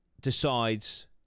decides